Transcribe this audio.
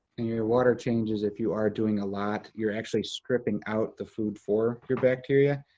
and your your water changes, if you are doing a lot, you're actually stripping out the food for your bacteria,